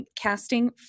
casting